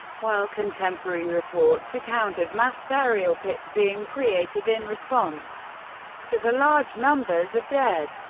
while contemporary reports account of mass burial pits being created in response to the large numbers of dead,